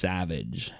Savage